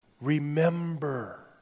Remember